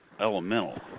elemental